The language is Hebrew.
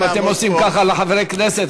אם אתם עושים ככה לחברי הכנסת,